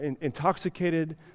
intoxicated